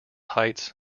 heights